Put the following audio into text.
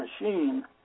machine